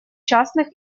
частных